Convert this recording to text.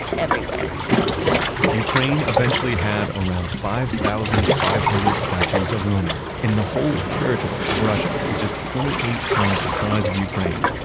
everywhere ukraine eventually had around five thousand five hundred statues of lenin in the whole territory of russia, which is twenty eight times the size of ukraine.